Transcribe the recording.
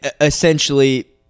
essentially